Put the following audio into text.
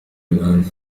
الآن